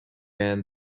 and